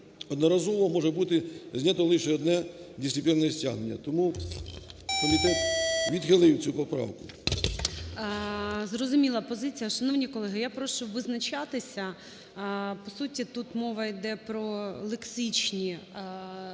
Одноразово може бути знято лише одне дисциплінарне стягнення. Тому комітет відхилив цю поправку. ГОЛОВУЮЧИЙ. Зрозуміла позиція. Шановні колеги, я прошу визначатися. По суті, тут мова іде про лексичні зміни